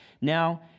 Now